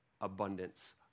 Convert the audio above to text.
abundance